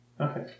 Okay